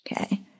Okay